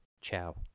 ciao